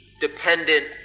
dependent